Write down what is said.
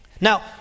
Now